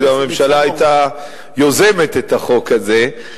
הממשלה גם היתה יוזמת את החוק הזה,